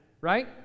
Right